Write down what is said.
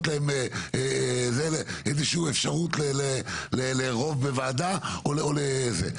להם איזה שהיא אפשרות לרוב בוועדה או לזה,